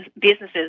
businesses